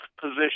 position